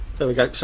there we go.